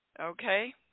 Okay